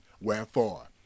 Wherefore